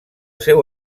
seu